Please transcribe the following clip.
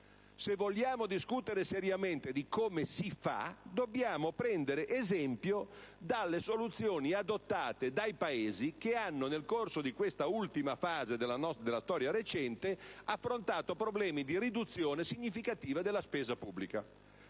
se vogliamo discutere seriamente di come si fa, dobbiamo prendere esempio dalle soluzioni adottate dai Paesi che, nel corso di questa ultima fase della storia recente, hanno affrontato problemi di riduzione significativa della spesa pubblica.